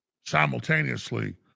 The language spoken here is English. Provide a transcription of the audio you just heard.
simultaneously